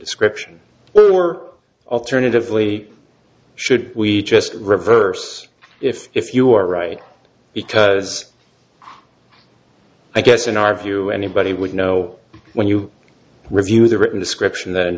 description or alternatively should we just reverse if you are right because i guess in our view anybody would know when you review the written description the